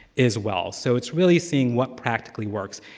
as well. so it's really seeing what practically works.